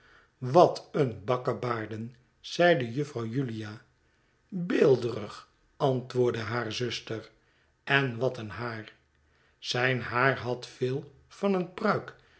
wat een bakkebaarden p'zeidejuffrouw julia beelderig antwoordde haar zuster en wat een haar zijn haar had veel van een pruik